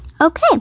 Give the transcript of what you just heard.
okay